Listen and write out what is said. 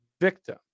victim